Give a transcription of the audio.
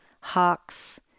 hawks